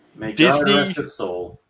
Disney